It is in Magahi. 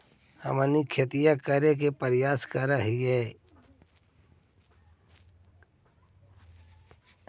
हमनी खेतीया कइसे परियास करियय?